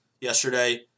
yesterday